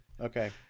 Okay